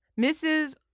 Mrs